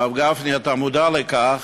הרב גפני, אתה מודע לכך